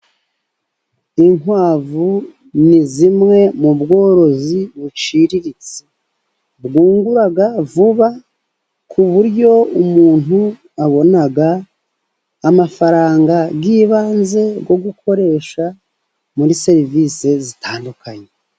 Inkwavu ni zimwe mu bworozi buciriritse bwungura vuba, ku buryo umuntu abona amafaranga y'ibanze yo gukoresha muri serivisi zitandukanye.